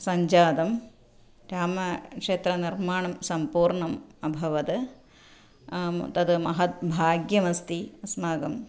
सञ्जातं रामक्षेत्रनिर्माणं सम्पूर्णम् अभवत् तद् महद् भाग्यमस्ति अस्माकम्